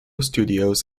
studios